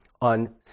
on